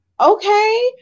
okay